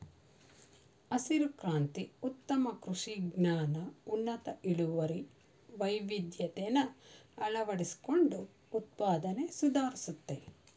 ಹಸಿರು ಕ್ರಾಂತಿ ಉತ್ತಮ ಕೃಷಿ ಜ್ಞಾನ ಉನ್ನತ ಇಳುವರಿ ವೈವಿಧ್ಯತೆನ ಅಳವಡಿಸ್ಕೊಂಡು ಉತ್ಪಾದ್ನೆ ಸುಧಾರಿಸ್ತು